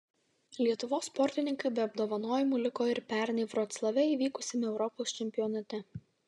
lietuvos sportininkai be apdovanojimų liko ir pernai vroclave įvykusiame europos čempionate